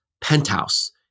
penthouse